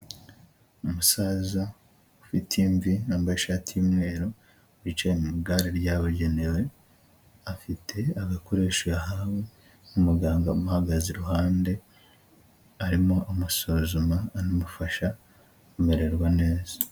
Umusaza ufite imvi, wambaye ishati y'umweru, wicaye mu igare ryabugenewe, afite agakoresho yahawe, umuganga umuhagaze iruhande arimo amusuzuma, anamufasha kumererwa neza.